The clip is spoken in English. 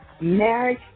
marriage